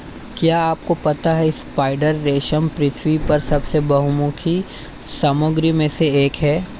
क्या आपको पता है स्पाइडर रेशम पृथ्वी पर सबसे बहुमुखी सामग्रियों में से एक है?